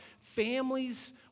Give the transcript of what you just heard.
families